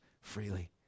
freely